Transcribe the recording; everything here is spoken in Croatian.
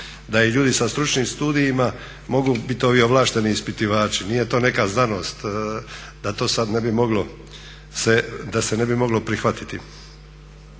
da i ljudi sa stručnim studijima mogu biti ovi ovlašteni ispitivači. Nije to neka znanost da to sad ne bi moglo se prihvatiti.